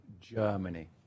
Germany